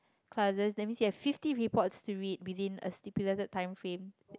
classes that means you have fifty reports to read within a stipulated time frame